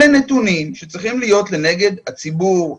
אלה נתונים שצריכים להיות זמינים לנגד הציבור,